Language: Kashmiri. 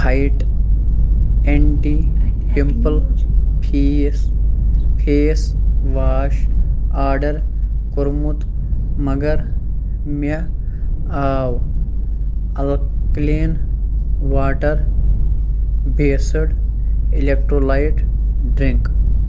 fight anti pimple face face wash order کوٚرمُت مگر مےٚ آو alkaline water based electrolyte drink